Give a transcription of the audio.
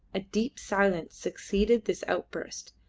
a deep silence succeeded this outburst,